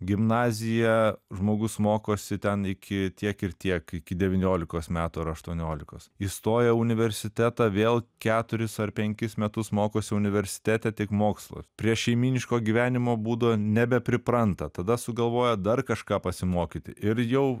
gimnazija žmogus mokosi ten iki tiek ir tiek iki devyniolikos metų ar aštuoniolikos įstoję į universitetą vėl keturis ar penkis metus mokosi universitete tik mokslas prie šeimyniško gyvenimo būdo nebepripranta tada sugalvoja dar kažką pasimokyti ir jau